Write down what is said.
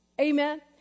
Amen